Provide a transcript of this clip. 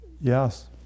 Yes